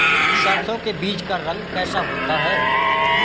सरसों के बीज का रंग कैसा होता है?